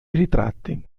ritratti